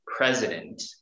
president